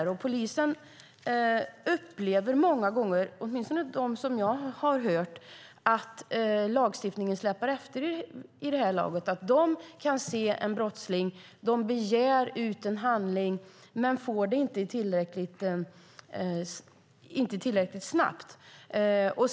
Polisen - åtminstone de poliser som jag har talat med - upplever många gånger att lagstiftningen släpar efter. De kan se en brottsling och begär ut en handling men får den inte tillräckligt snabbt.